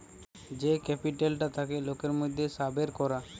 যেই ক্যাপিটালটা থাকে লোকের মধ্যে সাবের করা